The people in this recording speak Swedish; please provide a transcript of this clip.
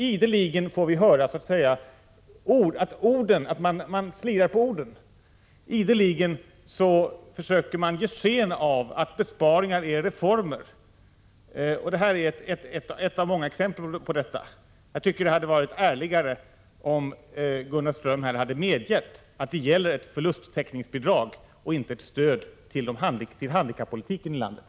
Ideligen märker vi att man slirar på orden. Ideligen försöker man ge sken av att besparingar är reformer. Detta är ett av många exempel på detta. Jag tycker det hade varit ärligare om Gunnar Ström hade medgivit att det gäller ett förlustteckningsbidrag och inte ett stöd till handikappolitiken i landet.